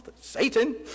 Satan